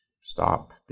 stop